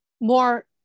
more